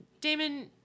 Damon